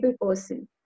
person